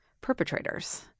perpetrators